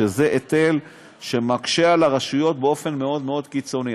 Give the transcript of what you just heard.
שזה היטל שמקשה על הרשויות באופן מאוד מאוד קיצוני.